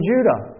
Judah